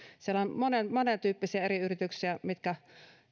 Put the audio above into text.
siellä on monentyyppisiä eri yrityksiä mitkä